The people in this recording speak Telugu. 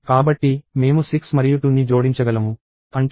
కాబట్టి మేము 6 మరియు 2ని జోడించగలము అంటే 8 అవుతుంది